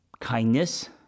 kindness